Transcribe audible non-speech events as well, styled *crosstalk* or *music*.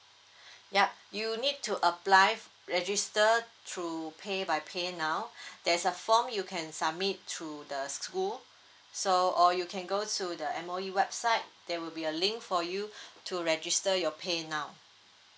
*breath* yup you need to apply f~ register through pay by paynow *breath* there's a form you can submit through the s~ school so or you can go to the M_O_E website there will be a link for you *breath* to register your paynow